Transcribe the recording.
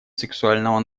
сексуального